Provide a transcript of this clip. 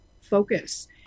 focus